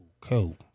Cool